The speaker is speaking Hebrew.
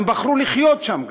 הם בחרו לחיות שם,